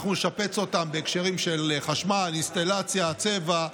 אנחנו נשפץ אותם בהקשרים של חשמל, אינסטלציה, צבע,